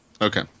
Okay